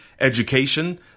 education